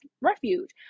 refuge